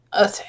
Okay